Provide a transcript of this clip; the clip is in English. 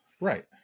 Right